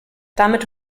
damit